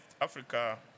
Africa